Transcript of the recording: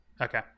Okay